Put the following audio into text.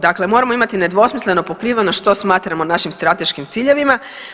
Dakle, moramo imati nedvosmisleno pokriveno što smatramo našim strateškim ciljevima.